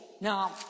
Now